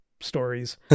stories